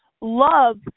love